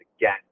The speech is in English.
again